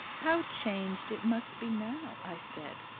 how changed it must be now! i said.